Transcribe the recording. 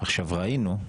עכשיו ראינו,